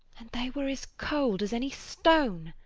and they were as cold as any stone